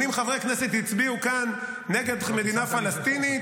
80 חברי כנסת הצביעו כאן נגד מדינה פלסטינית,